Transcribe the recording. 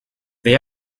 they